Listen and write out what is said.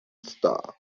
star